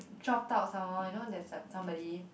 dropped out some more you know there's som~ somebody